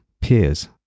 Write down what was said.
peers